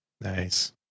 nice